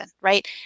right